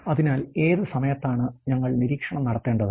അതിനാൽ ഏത് സമയത്താണ് ഞങ്ങൾ നിരീക്ഷണം നടത്തേണ്ടത്